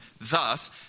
Thus